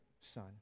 son